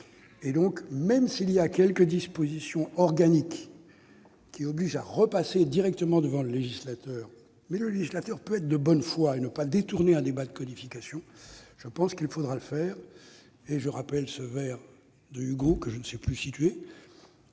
Donc, même si quelques dispositions organiques obligeraient à repasser directement devant le législateur- mais celui-ci peut être de bonne foi et ne pas détourner un débat de codification -, je pense qu'il faudra le faire. Je conclus en rappelant ce vers de Victor Hugo, que je ne sais plus situer